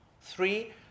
Three